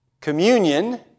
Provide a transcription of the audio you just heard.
Communion